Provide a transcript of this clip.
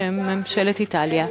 בשם ממשלת איטליה,